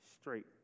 straight